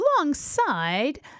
Alongside